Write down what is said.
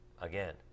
again